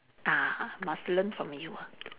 ah must learn from you ah